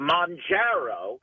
Monjaro